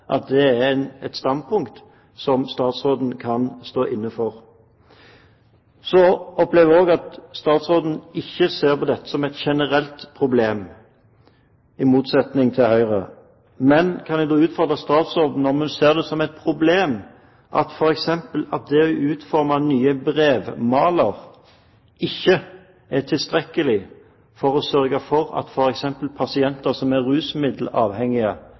rapportene, at det er et standpunkt statsråden kan stå inne for? Så opplever jeg også at statsråden ikke ser på dette som et generelt problem, i motsetning til Høyre. Men kan jeg da utfordre statsråden om hun ser det som et problem at f.eks. det å utforme nye brevmaler ikke er tilstrekkelig for å sørge for at f.eks. pasienter som er rusmiddelavhengige,